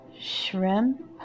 shrimp